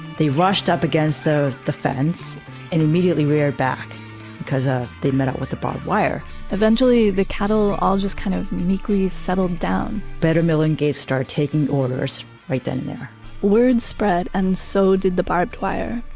rushed up against the the fence and immediately reared back because ah they met up with the barbed wire eventually, the cattle all just kind of meekly settled down bet-a-million gates started taking orders right then and there word spread and so did the barbed wire,